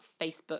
facebook